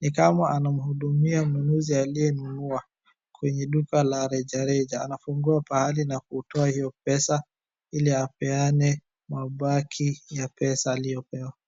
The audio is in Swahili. Ni kama anamhudumia mnunuzi aliyenunua kwenye duka la rejareja. Anafungua pahali na kutoa hiyo pesa ili apeane mabaki ya pesa aliyopewa.